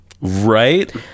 Right